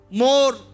more